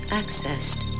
accessed